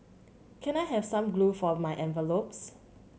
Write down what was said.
can I have some glue for my envelopes